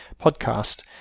podcast